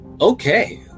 Okay